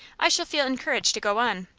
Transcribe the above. i shall feel encouraged to go on.